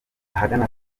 ahagana